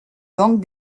banques